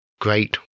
great